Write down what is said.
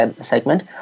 segment